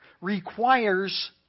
requires